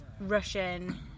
Russian